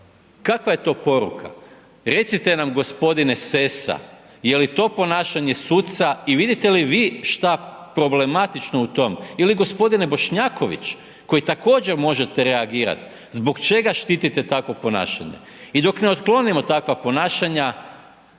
Kakva je to poruka? Recite nam gospodine Sesa jeli to ponašanje suca i vidite li vi šta problematično u tom ili gospodine Bošnjaković koji također možete reagirat, zbog čega štitite takvo ponašanje? I dok ne otklonimo takva ponašanja,